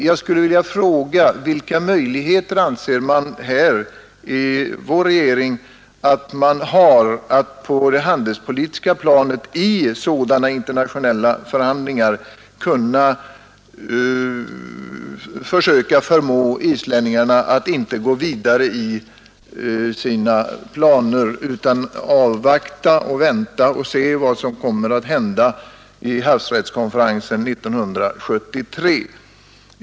Jag vill nu fråga: Vilka möjligheter anser Sveriges regering att vi har att på det handelspolitiska planet i sådana internationella förhandlingar förmå islänningarna att inte gå vidare i sina planer utan avvakta vad som kommer att hända vid havsrättskonferensen 1973?